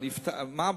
מה הפחד?